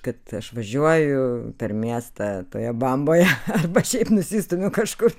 kad aš važiuoju per miestą toje bamboje arba šiaip nusistumiu kažkur